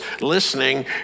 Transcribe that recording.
listening